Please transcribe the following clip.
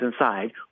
inside